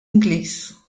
ingliż